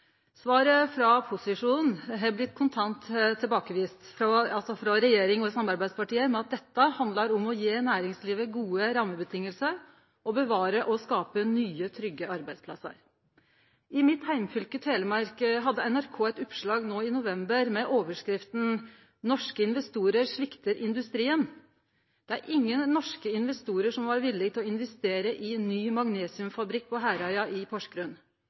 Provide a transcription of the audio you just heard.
Svaret frå posisjonen har blitt kontant tilbakevist frå regjeringa og samarbeidspartia si side med at dette handlar om å gje næringslivet gode rammevilkår og bevare og skape nye, trygge arbeidsplassar. I mitt heimfylke, Telemark, hadde NRK eit oppslag no i november med overskrifta «Norske investorer svikter industrien». Ingen norske investorar har vore villige til å investere i ny magnesiumfabrikk på Herøya i Porsgrunn,